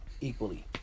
Equally